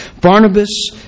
Barnabas